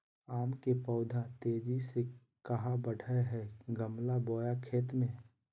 आम के पौधा तेजी से कहा बढ़य हैय गमला बोया खेत मे?